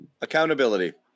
Accountability